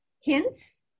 hints